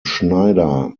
schneider